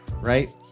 right